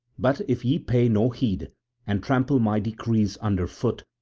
but if ye pay no heed and trample my decrees under foot,